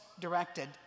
directed